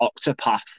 octopath